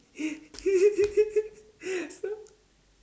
so